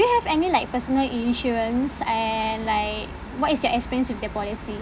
you have any like personal insurance and like what is your experience with the policy